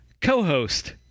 co-host